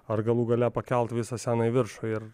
ar galų gale pakelt visą sceną į viršų ir